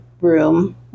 room